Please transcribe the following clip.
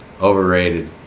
overrated